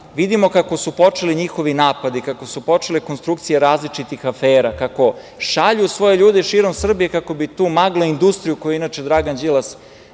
vidimo kako su počeli njihovi napadi, kako su počele konstrukcije različitih afera, kako šalju svoje ljude širom Srbije kako bi tu magla-industriju, koju inače Dragan Đilas